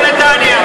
תגורי בנתניה,